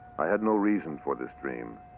i had no reason for this dream.